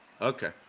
Okay